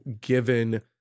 given